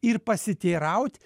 ir pasiteiraut